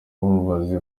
bamubaze